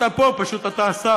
אתה פה, פשוט אתה השר,